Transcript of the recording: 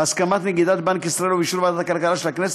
בהסכמת נגידת בנק ישראל ובאישור ועדת הכלכלה של הכנסת,